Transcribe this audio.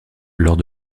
lors